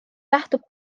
lähtub